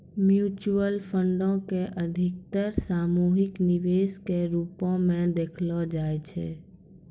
mutual फंडो के अधिकतर सामूहिक निवेश के रुपो मे देखलो जाय छै